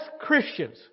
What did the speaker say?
Christians